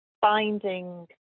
finding